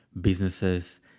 businesses